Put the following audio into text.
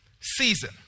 season